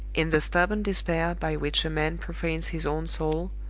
in the stubborn despair by which a man profanes his own soul,